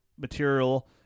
material